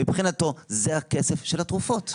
מבחינתו זה הכסף של התרופות.